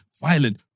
violent